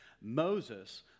Moses